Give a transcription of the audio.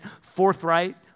forthright